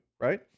right